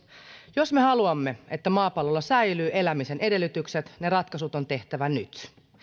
jos me haluamme että maapallolla säilyvät elämisen edellytykset ne ratkaisut on tehtävä nyt